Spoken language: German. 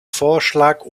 vorschlag